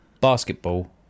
basketball